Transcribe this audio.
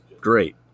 great